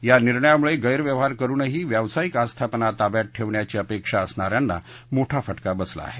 या निर्णयामुळे गैरव्यवहार करुनही व्यावसायिक आस्थापना ताब्यात ठेवण्याची अपेक्षा असणा यांना मोठा फटका बसला आहे